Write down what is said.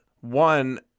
one